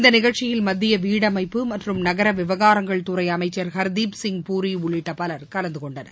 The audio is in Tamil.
இந்த நிகழ்ச்சியில் மத்திய வீடமைப்பு மற்றும் நகர விவகாரங்கள் துறை அமைச்சர் ஹர்தீப்சிங் பூரி உள்ளிட்ட பலர் கலந்துகொண்டனர்